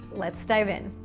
let's dive in.